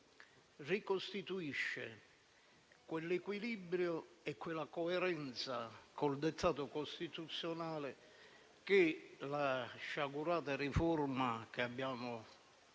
ricostituisce quell'equilibrio e quella coerenza con il dettato costituzionale che la sciagurata riforma che abbiamo